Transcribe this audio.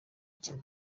kimwe